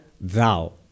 Thou